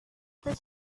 this